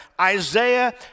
Isaiah